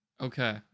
Okay